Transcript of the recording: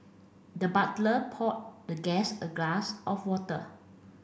the butler poured the guest a glass of water